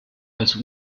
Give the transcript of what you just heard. als